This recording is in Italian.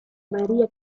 maría